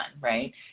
right